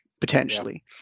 potentially